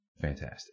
fantastic